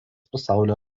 pasaulio